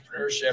entrepreneurship